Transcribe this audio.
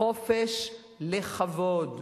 החופש לכבוד.